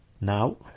Now